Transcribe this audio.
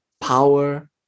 power